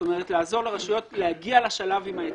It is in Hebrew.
לעזור לרשויות להגיע לשלב עם ההיתר.